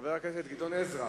חבר הכנסת גדעון עזרא,